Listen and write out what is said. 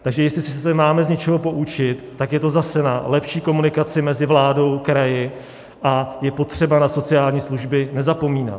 Takže jestli se máme z něčeho poučit, tak je to zase na lepší komunikaci mezi vládou a kraji, a je potřeba na sociální služby nezapomínat.